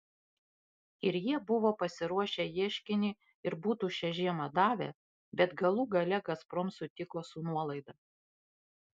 ir jie buvo pasiruošę ieškinį ir būtų šią žiemą davę bet galų gale gazprom sutiko su nuolaida